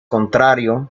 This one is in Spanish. contrario